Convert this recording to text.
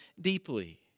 deeply